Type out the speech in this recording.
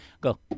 Go